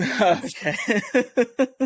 Okay